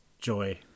joy